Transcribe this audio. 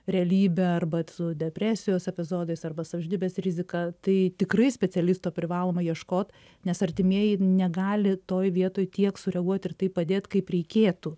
realybę arba su depresijos epizodais arba savižudybės rizika tai tikrai specialisto privaloma ieškot nes artimieji negali toj vietoj tiek sureaguot ir taip padėt kaip reikėtų